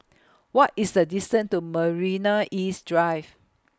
What IS The distance to Marina East Drive